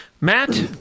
Matt